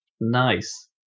Nice